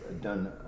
done